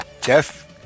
Jeff